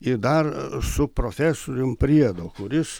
ir dar su profesorium priedo kuris